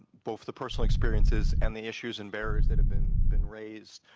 both the personal experiences and the issues and barriers that have been been raised.